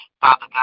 Father